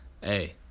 hey